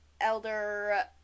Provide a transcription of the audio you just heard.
elder